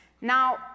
Now